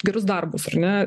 gerus darbus ar ne